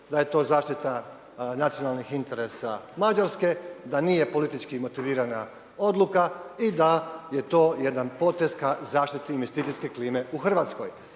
da je to zaštita nacionalnih interesa Mađarske, da nije politički motivirana odluka i da je to jedan potez ka zaštiti investicijske klime u Hrvatskoj.